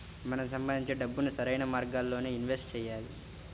మనం సంపాదించే డబ్బుని సరైన మార్గాల్లోనే ఇన్వెస్ట్ చెయ్యాలి